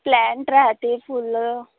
plant राहते फुलं